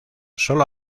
solo